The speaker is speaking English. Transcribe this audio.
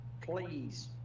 please